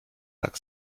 tak